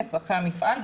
לצורכי המפעל,